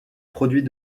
produit